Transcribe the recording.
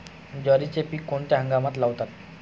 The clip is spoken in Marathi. ज्वारीचे पीक कोणत्या हंगामात लावतात?